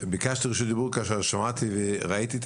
ביקשתי רשות דיבור כאשר ראיתי את